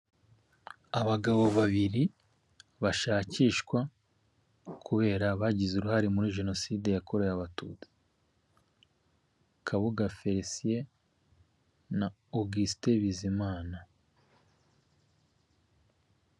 Ikigo saniramu gifasha abakigana mu bwishingizi ndetse no gushinganisha ibyabo.